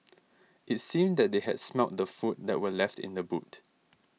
it seemed that they had smelt the food that were left in the boot